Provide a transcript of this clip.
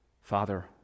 father